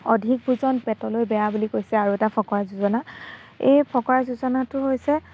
অধিক ভোজন পেটলৈ বেয়া বুলি কৈছে আৰু এটা ফকৰা যোজনা এই ফকৰা যোজনাটো হৈছে